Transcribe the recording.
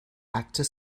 actor